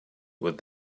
with